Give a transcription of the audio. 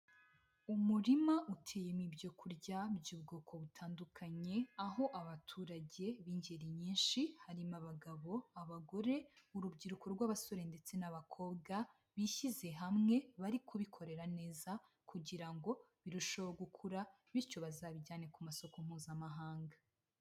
Umurima uteyemo ibyo kurya by'ubwoko butandukanye, aho abaturage b'ingeri nyinshi harimo abagabo, abagore, urubyiruko rw'abasore ndetse n'abakobwa, bishyize hamwe bari kubikorera neza kugira ngo birusheho gukura bityo bazabijyane ku masoko Mpuzamahanga.